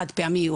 חד פעמי.